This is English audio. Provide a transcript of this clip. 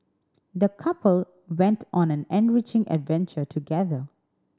the couple went on an enriching adventure together